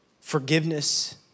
forgiveness